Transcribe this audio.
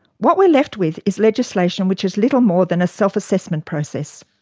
what we're left with is legislation which is little more than a self-assessment process.